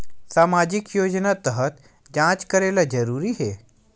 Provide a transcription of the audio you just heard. सामजिक योजना तहत जांच करेला जरूरी हे